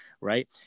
Right